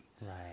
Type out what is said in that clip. Right